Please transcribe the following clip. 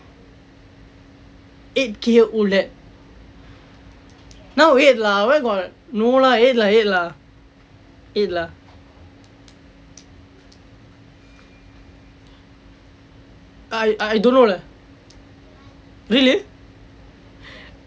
eight K OLED now eight lah where got no lah eight lah eight lah eight lah I I don't know leh really